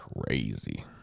Crazy